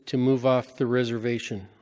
to move off the reservation.